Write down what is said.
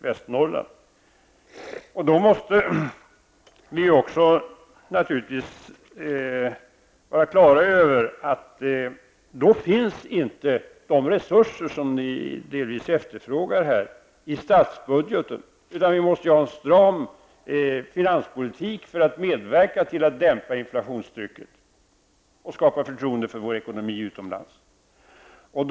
Vi måste alltså vara på det klara med att de resurser som ni här delvis efterfrågar inte finns i statsbudgeten, utan vi måste föra en stram finanspolitik för att medverka till att dämpa inflationstrycket och skapa förtroende utomlands för vår ekonomi.